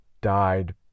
died